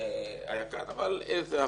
ז"ל היה כאן אבל זה עבר.